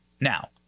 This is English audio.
now